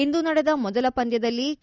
ಇಂದು ನಡೆದ ಮೊದಲ ಪಂದ್ಯದಲ್ಲಿ ಕೆ